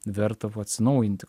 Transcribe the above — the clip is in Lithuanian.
verta atsinaujinti